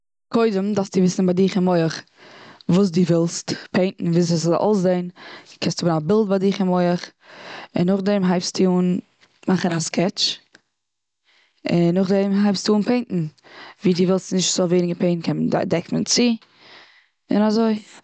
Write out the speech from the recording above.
קודם דארפסטו וויסן ביי דיך און מח וואס דו ווילסט פעינטן, וואיזוי דו ווילסט ס'זאל אויסזען, קענסט האבן א בילד ביי דיך און מח. און נאך דעם הייבסטו אן מאכן א סקעטש, און נאך דעם הייבסטו אן פעינטן. ווי דו ווילסט נישט ס'זאל ווערן געפעינט קען מען דעקט מען צו. און אזוי.